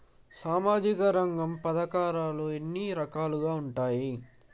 సామాజిక రంగ పథకాలు ఎన్ని రకాలుగా ఉంటాయి?